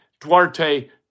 Duarte